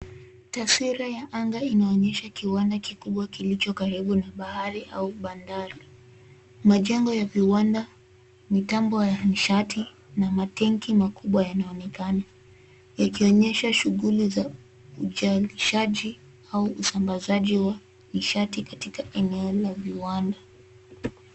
Taswira ya anga inaonyesha kiwanda kikubwa kilicho karibu na bahari na bandari. Majengo ya viwanda , mitambo ya nishati na matenki makubwa yanaonekana yakionyesha shughuli za uzalishaji au usambazaji wa nishati katika eneo la viwanda.